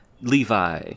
Levi